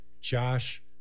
Josh